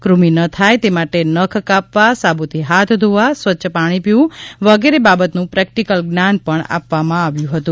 કૃમિ ન થાય તે માટે નખ કાપવા સાબુથી હાથ ધોવા સ્વચ્છ પાણી પીવું વગેરે બાબતનું પ્રેક્ટીકલ જ્ઞાન પણ આપવામાં આવ્યું હતું